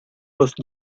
los